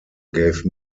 gave